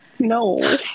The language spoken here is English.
No